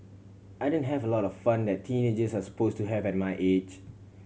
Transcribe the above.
I didn't have a lot of fun that teenagers are suppose to have at my age